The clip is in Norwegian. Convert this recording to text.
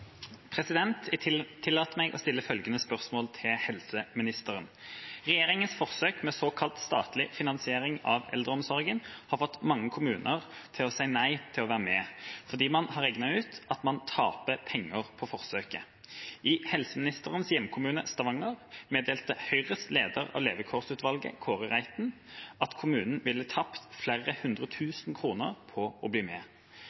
helseministeren: «Regjeringens forsøk med såkalt statlig finansiering av eldreomsorgen har fått mange kommuner til å si nei til å være med, fordi man har regnet ut at man taper penger på forsøket. I helseministerens hjemkommune, Stavanger, meldte Høyres leder av levekårsutvalget, Kåre Reiten, at kommunen ville ha tapt flere hundre tusen kroner på å bli med.